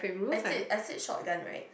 I sit I sit shotgun right